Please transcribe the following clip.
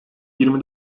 yirmi